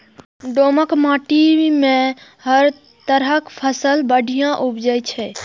दोमट माटि मे हर तरहक फसल बढ़िया उपजै छै